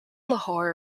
lahore